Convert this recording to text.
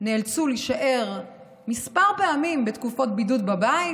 נאלצו להישאר כמה פעמים בתקופות בידוד בבית,